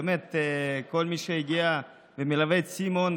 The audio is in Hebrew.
באמת כל מי שהגיע ומלווה את סימון,